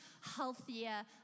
healthier